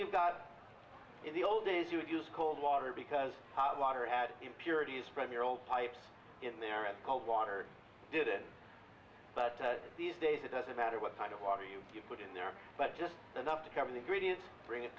you've got the old days you would use cold water because hot water had impurities from your old pipes in there and cold water didn't but these days it doesn't matter what kind of water you put in there but just enough to cover the grit is bring it